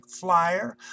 flyer